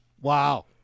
Wow